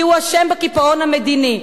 כי הוא אשם בקיפאון המדיני,